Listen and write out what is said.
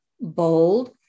bold